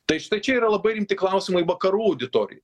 tai štai čia yra labai rimti klausimai vakarų auditorijai